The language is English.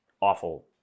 awful